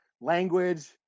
language